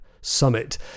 summit